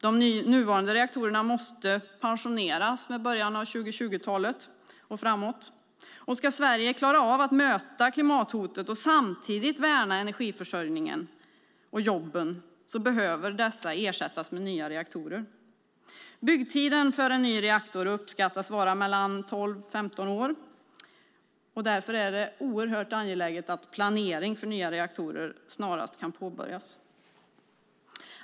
De nuvarande reaktorerna måste pensioneras från början av 2020-talet och framåt. Ska Sverige klara av att möta klimathotet och samtidigt värna energiförsörjningen och jobben behöver dessa ersättas med nya reaktorer. Byggtiden för en ny reaktor uppskattas till mellan 12 och 15 år, och därför är det oerhört angeläget att planering för nya reaktorer snarast kan påbörjas.